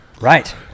Right